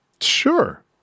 sure